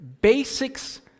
basics